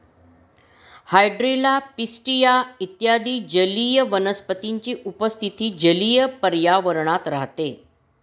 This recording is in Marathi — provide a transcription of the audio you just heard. हायड्रिला, पिस्टिया इत्यादी जलीय वनस्पतींची उपस्थिती जलीय पर्यावरणात राहते